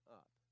up